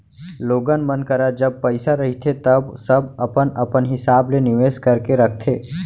लोगन मन करा जब पइसा रहिथे तव सब अपन अपन हिसाब ले निवेस करके रखथे